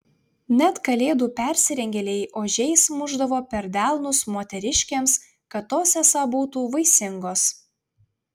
net kalėdų persirengėliai ožiais mušdavo per delnus moteriškėms kad tos esą būtų vaisingos